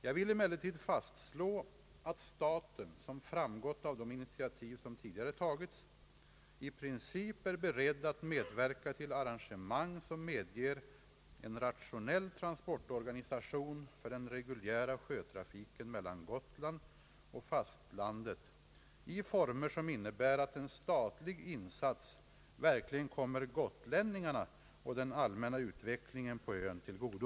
Jag vill emellertid fastslå, att staten — som framgått av de initiativ som tidigare tagits — i princip är beredd att medverka till arrangemang som medger en rationell transportorganisation för den reguljära sjötrafiken mellan Gotland och fastlandet i former som innebär att en statlig insats verkligen kommer gotlänningarna och den allmänna utvecklingen på ön till godo.